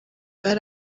yari